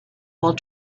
will